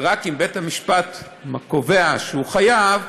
ורק אם בית-המשפט קובע שהוא חייב,